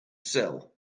sell